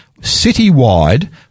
citywide